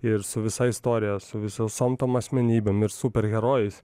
ir su visa istorija su visom tom asmenybėm ir superherojais